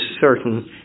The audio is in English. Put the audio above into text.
certain